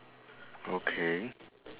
okay